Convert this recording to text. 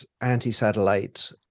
anti-satellite